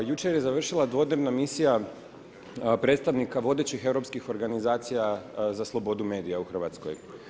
Jučer je završila dvodnevna misija predstavnika vodećih europskih organizacija za slobodu medija u Hrvatskoj.